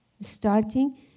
starting